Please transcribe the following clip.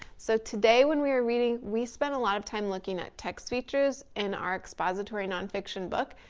so today when we were reading, we spent a lot of time looking at text features, in our expository non-fiction book.